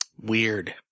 Weird